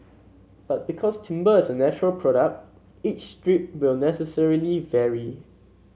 but because timber is a natural product each strip will necessarily vary